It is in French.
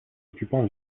occupants